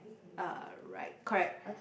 uh right correct